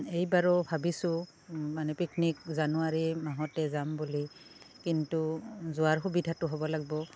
এইবাৰো ভাবিছোঁ মানে পিকনিক জানুৱাৰী মাহতে যাম বুলি কিন্তু যোৱাৰ সুবিধাতো হ'ব লাগিব